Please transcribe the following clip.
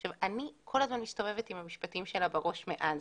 עכשיו אני כול הזמן מסתובבת עם המשפטים שלה בראש מאז.